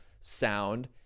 sound